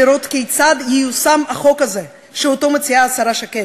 לראות כיצד ייושם החוק הזה שמציעה השרה שקד.